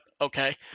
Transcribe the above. okay